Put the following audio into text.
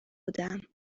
بودهام